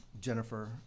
Jennifer